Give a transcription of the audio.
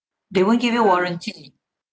they won't give you warranty